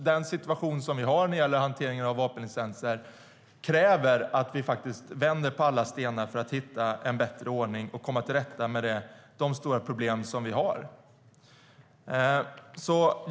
Den situation vi har vad gäller hanteringen av vapenlicenser kräver att vi vänder på alla stenar för att hitta en bättre ordning och komma till rätta med de stora problem som vi har.